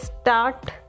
start